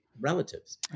relatives